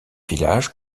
villages